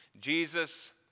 Jesus